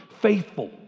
faithful